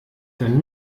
dann